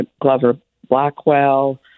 Glover-Blackwell